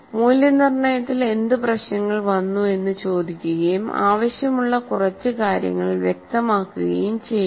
മൂല്യനിർണയത്തിൽ എന്ത് പ്രശ്നങ്ങൾ വന്നു എന്ന് ചോദിക്കുകയും ആവശ്യമുള്ള കുറച്ച് കാര്യങ്ങൾ വ്യക്തമാക്കുകയും ചെയ്യുന്നു